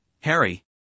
Harry